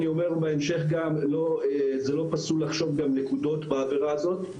בהמשך זה לא פסול לחשוב גם על נקודות בעבירה הזאת.